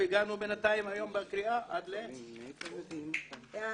סוגיית מגבלת הזמן ומגבלת מספר הילדים נעלמה.